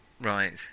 Right